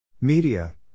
Media